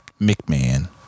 McMahon